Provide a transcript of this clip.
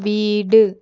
வீடு